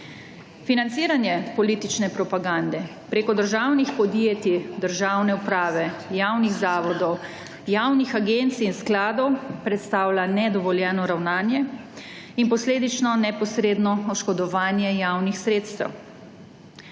Financiranje politične propagande preko državnih podjetij, državne uprave, javnih zavodov, javnih agencij in skladov predstavlja nedovoljeno ravnanje in posledično neposredno oškodovanje javnih sredstev.